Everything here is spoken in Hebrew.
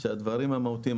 כדי שהדברים המהותיים,